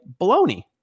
baloney